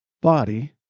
body